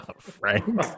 Frank